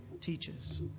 teaches